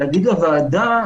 להגיד לוועדה,